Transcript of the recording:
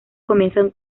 comienzan